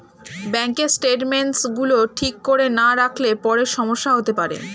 ব্যাঙ্কের স্টেটমেন্টস গুলো ঠিক করে না রাখলে পরে সমস্যা হতে পারে